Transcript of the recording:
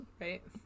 Right